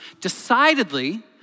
decidedly